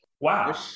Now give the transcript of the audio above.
wow